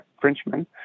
Frenchman